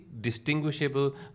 distinguishable